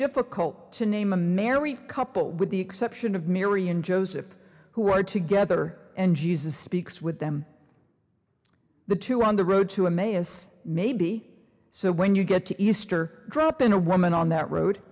difficult to name a married couple with the exception of mary and joseph who are together and jesus speaks with them the two on the road to a may is maybe so when you get to easter drop in a woman on that road